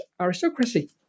aristocracy